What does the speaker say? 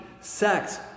sex